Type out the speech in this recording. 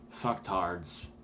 fucktards